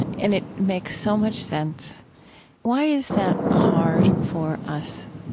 and it makes so much sense why is that hard for us,